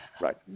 Right